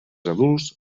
adults